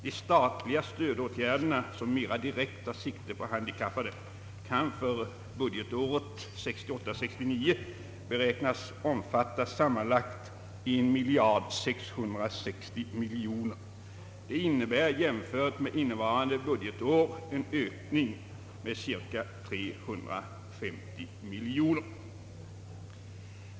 De statliga stödåtgärder som direkt tar sikte på handikappade, kan för budgetåret 1968/69 beräknas omfatta sammanlagt 1660 miljoner kronor. Det innebär, jämfört med innevarande budgetår, en ökning med cirka 350 miljoner kronor.